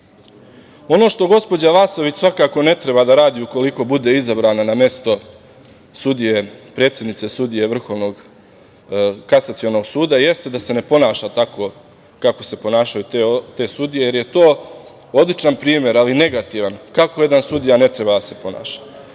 Ono što gospođa Vasović svakako ne treba da radi ukoliko bude izabrana na mesto predsednice sudije Vrhovnog kasacionog suda jeste da se ne ponaša tako kako se ponašaju te sudije, jer je to odličan primer, ali negativan, kako jedan sudija ne treba da se ponaša.